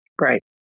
Right